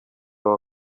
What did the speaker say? wawe